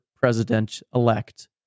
president-elect